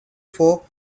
for